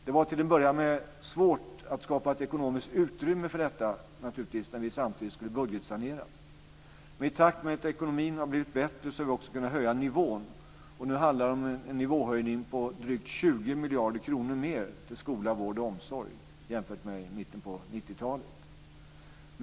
Det var till att börja med naturligtvis svårt att skapa ett ekonomiskt utrymme för detta när vi samtidigt skulle budgetsanera. Och i takt med att ekonomin har blivit bättre har vi också kunnat höja nivån, och nu handlar det om en nivåhöjning på drygt 20 miljarder kronor mer till skola, vård och omsorg jämfört med i mitten av 90-talet.